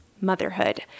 motherhood